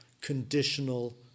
conditional